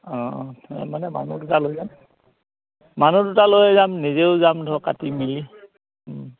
অঁ মানে মানুহ দুটা লৈ যাম মানুহ দুটা লৈ যাম নিজেও যাম ধৰক কাটি মিলি